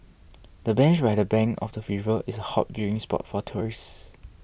the bench by the bank of the river is a hot viewing spot for tourists